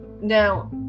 Now